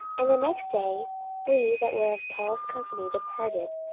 and the next day we that were of paul's company departed,